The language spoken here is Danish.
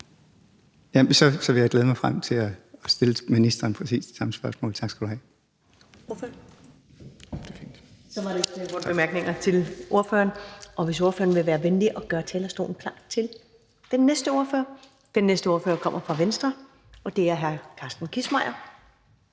Så vil jeg glæde mig til at stille ministeren præcis det samme spørgsmål. Tak skal du have.